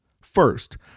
First